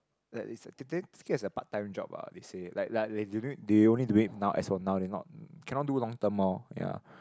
that is a part time job ah they say like like they they only do it now as for now they not cannot do long term orh ya